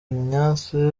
ignace